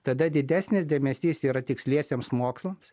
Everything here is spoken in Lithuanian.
tada didesnis dėmesys yra tiksliesiems mokslams